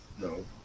No